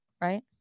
right